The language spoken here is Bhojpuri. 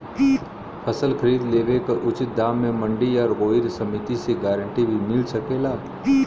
फसल खरीद लेवे क उचित दाम में मंडी या कोई समिति से गारंटी भी मिल सकेला?